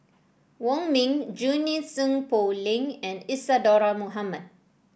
Wong Ming Junie Sng Poh Leng and Isadhora Mohamed